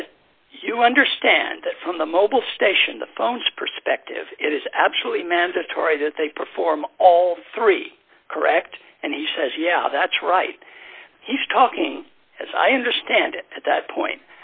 says you understand that from the mobile station the phone's perspective it is absolutely mandatory that they perform all three correct and he says yeah that's right he's talking as i understand at that point